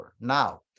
Now